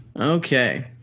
Okay